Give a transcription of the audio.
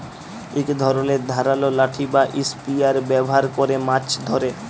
ইক ধরলের ধারালো লাঠি বা ইসপিয়ার ব্যাভার ক্যরে মাছ ধ্যরে